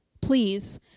please